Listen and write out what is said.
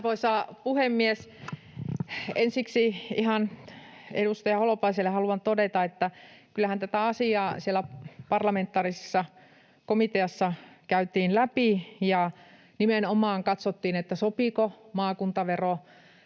Arvoisa puhemies! Ensiksi ihan edustaja Holopaiselle haluan todeta, että kyllähän tätä asiaa siellä parlamentaarisessa komiteassa käytiin läpi ja nimenomaan katsottiin, sopiiko maakuntavero